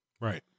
Right